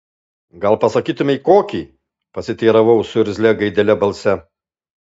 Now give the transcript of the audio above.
gal pasakytumei kokį pasiteiravau su irzlia gaidele balse